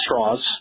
straws